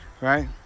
right